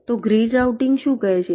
તો grid routing શું કહે છે